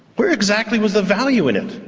where exactly was the value in it?